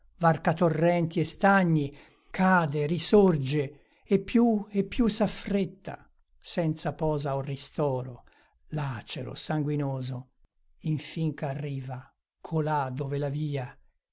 varca torrenti e stagni cade risorge e più e più s'affretta senza posa o ristoro lacero sanguinoso infin ch'arriva colà dove la via